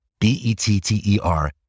B-E-T-T-E-R